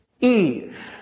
Eve